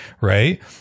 right